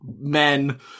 men